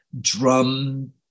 drum